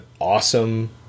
awesome